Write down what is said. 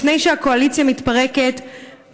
לפני שהקואליציה מתפרקת,